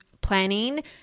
planning